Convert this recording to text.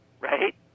right